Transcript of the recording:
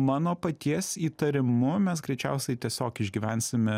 mano paties įtarimu mes greičiausiai tiesiog išgyvensime